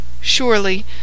Surely